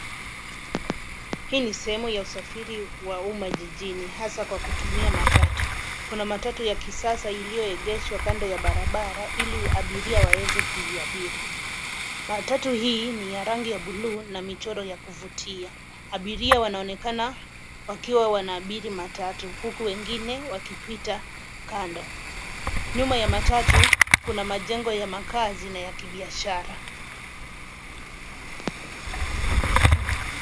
Hii ni sehemu ya usafiri wa umma jijini hasa kwa kutumia matatu. Kuna matatu ya kisasa iliyoegeshwa kando ya barabara ili abiria waeze kuiabiri. Matatu hii ni ya rangi ya buluu na michoro ya kuvutia. Abiria wanaonekana wakiwa wanaabiri matatu, huku wengine wakipita kando. Nyuma ya matatu, kuna majengo ya makazi na ya kibiashara.